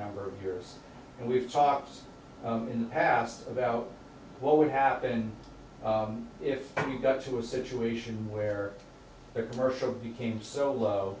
number of years and we've talked in the past about what would happen if you got to a situation where the commercial became so low